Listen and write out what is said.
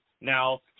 now